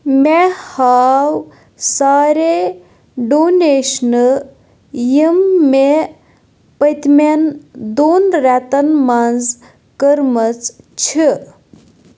مےٚ ہاو سارے ڈونیشنہٕ یِم مےٚ پٔتۍمٮ۪ن دۄن رٮ۪تن منٛز کٔرمٕژ چھِ